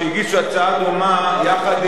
עם דוד רותם,